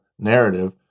narrative